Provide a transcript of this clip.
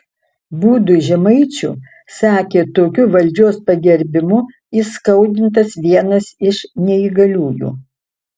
būdui žemaičių sakė tokiu valdžios pagerbimu įskaudintas vienas iš neįgaliųjų